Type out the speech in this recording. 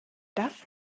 das